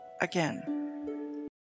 again